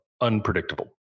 unpredictable